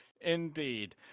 Indeed